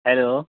hello